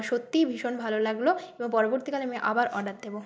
সত্যিই ভীষণ ভালো লাগল এবং পরবর্তীকালে আমি আবার অর্ডার দেবো